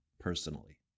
personally